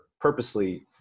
purposely